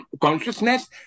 Consciousness